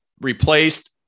replaced